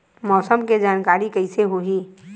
मौसम के जानकारी कइसे होही?